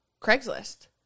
Craigslist